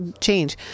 change